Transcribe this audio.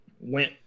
went